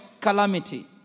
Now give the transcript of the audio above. calamity